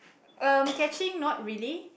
um catching not really